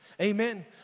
Amen